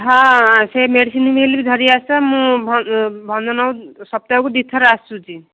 ହଁ ହଁ ସେ ମେଡ଼ିସିନ ବିଲ ବି ଧରି ଆସ ମୁଁ ଭଞ୍ଜନଗର ସପ୍ତାହକୁ ଦୁଇ ଥର ଆସୁଛି